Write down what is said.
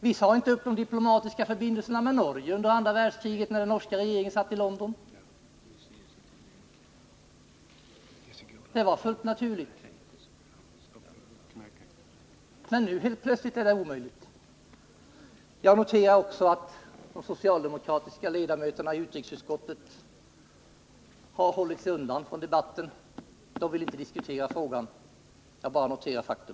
Vi sade inte upp de diplomatiska förbindelserna med Norge under andra världskriget, när den norska regeringen satt i London. Det var fullt naturligt. Men nu är det helt plötsligt omöjligt. Vi noterar också att de socialdemokratiska ledamöterna i utrikesutskottet har hållit sig undan i debatten. De vill inte diskutera frågan — jag noterar bara faktum.